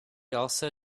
also